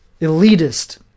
elitist